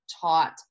Taught